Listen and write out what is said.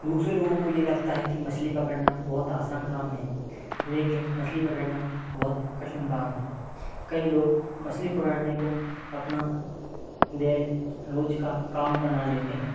दूसरे लोगों को ये लगता है कि मछली पकड़ना बहुत आसान काम है लेकिन मछली पकड़ना बहुत कठिन काम है कई लोग मछली पकड़ने को अपना दिन रोज़ का काम बना लेते हैं